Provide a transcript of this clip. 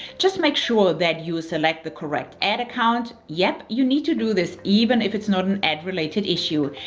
just make sure that you select the correct ad account. yep, you need to do this even if it's not an ad related issue.